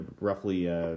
roughly